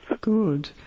Good